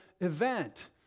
event